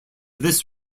this